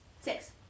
Six